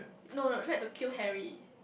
no no tried to kill Harry